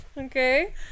Okay